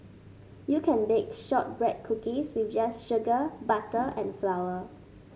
you can bake shortbread cookies with just sugar butter and flour